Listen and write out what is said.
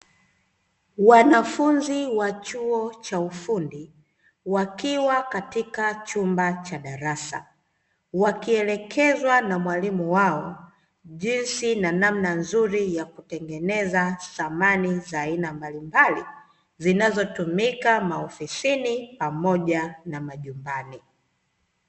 Wanafunzi wa chuo cha ufundi wakiwa katika chumba cha darasa, wakielekezwa na mwalimu wao jinsi na namna nzuri ya kutengeneza samani za aina mbalimbali, zinazotumika maofosini pamoja na majumbani.